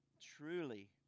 Truly